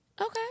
Okay